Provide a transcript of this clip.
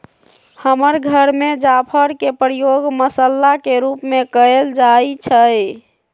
हमर घर में जाफर के प्रयोग मसल्ला के रूप में कएल जाइ छइ